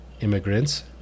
immigrants